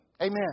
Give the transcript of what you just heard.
Amen